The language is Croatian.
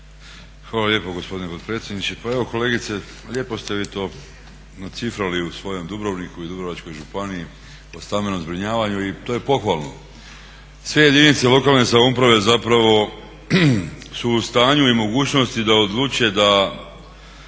Hvala lijepo gospodine potpredsjedniče. Pa evo kolegice lijepo ste vi to nacifrali u svojem Dubrovniku i Dubrovačkoj županiji o stambenom zbrinjavanju i to je pohvalno. Sve jedinice lokalne samouprave zapravo su u stanju i mogućnosti da odlučuje da